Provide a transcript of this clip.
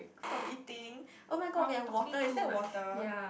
from eating oh my god we have water is that water